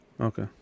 Okay